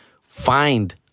find